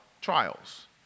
trials